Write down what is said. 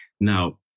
Now